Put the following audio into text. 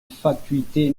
fatuité